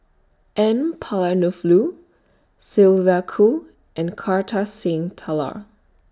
N Palanivelu Sylvia Kho and Kartar Singh Thakral